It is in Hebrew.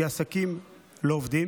כי העסקים לא עובדים.